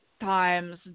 times